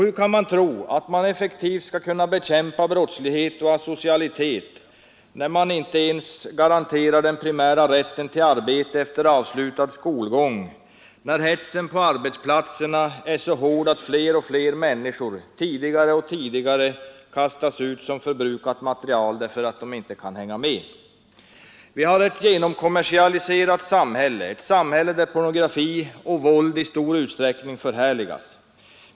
Hur kan man tro att man effektivt skall kunna bekämpa brottslighet och asocialitet när man inte ens garanterar den primära rätten till arbete efter avslutad skolgång, när hetsen på arbetsplatserna är så hård att fler och fler människor tidigare och tidigare kastas ut som förbrukat material därför att de inte kan hänga med? Vi har ett genomkommersialiserat samhälle, ett samhälle där pornografi och våld i stor utsträckning förhärligas.